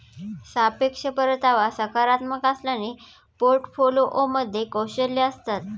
सापेक्ष परतावा सकारात्मक असल्याने पोर्टफोलिओमध्ये कौशल्ये असतात